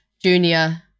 junior